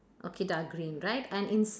okay dark green right and ins~